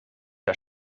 der